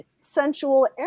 sensual